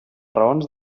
raons